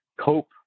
cope